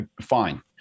Fine